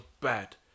bad